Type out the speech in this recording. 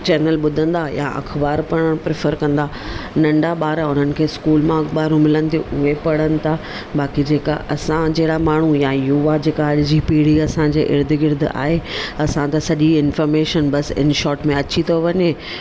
channel ॿुधंदा या अख़बार पढ़ण प्रेफर कंदा नंढा ॿार हुननि खे स्कूल मां अख़बारूं मिलंदियूं उहे पढ़नि था बाक़ी जेका असां जहिड़ा माण्हू या युवा जेका अॼु जी पीड़ी असांजे इर्द गिर्द आहे असां त सॼी इंफॉर्मेशन बसि इंशोट में अची थो वञे